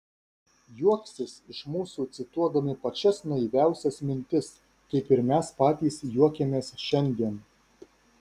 juoksis iš mūsų cituodami pačias naiviausias mintis kaip ir mes patys juokiamės šiandien